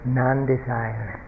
non-desire